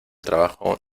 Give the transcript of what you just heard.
trabajo